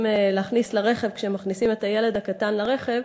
להכניס לרכב כשהם מכניסים את הילד הקטן לרכב,